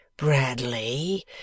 Bradley